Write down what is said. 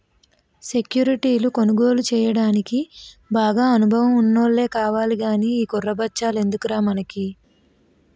సెక్యురిటీలను కొనుగోలు చెయ్యడానికి బాగా అనుభవం ఉన్నోల్లే కావాలి గానీ ఈ కుర్ర బచ్చాలెందుకురా మనకి